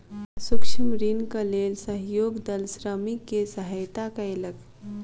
सूक्ष्म ऋणक लेल सहयोग दल श्रमिक के सहयता कयलक